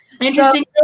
Interesting